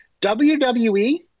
WWE